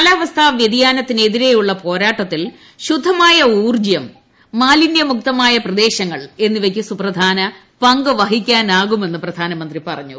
കാലാവസ്ഥാ വ്യതിയാനത്തിനെതിരെയുള്ള പോരാട്ടത്തിൽ ശുദ്ധമായ ഊർജ്ജം മാലിന്യമുക്തമായ പ്രദേശങ്ങൾ എന്നിവയ്ക്ക് സുപ്രധാന പങ്കു വഹിക്കാനാകുമെന്ന് പ്രധാനമന്ത്രി പറഞ്ഞു